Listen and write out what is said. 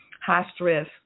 high-stress